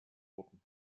wurden